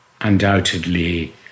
undoubtedly